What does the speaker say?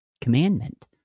commandment